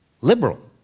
liberal